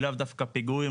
לאו דווקא פיגועים,